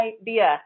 idea